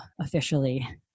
officially